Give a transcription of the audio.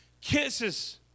kisses